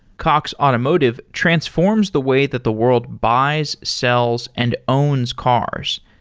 cox automotive transforms the way that the world buys, sells and owns cars.